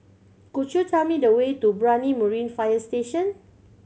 could you tell me the way to Brani Marine Fire Station